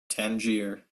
tangier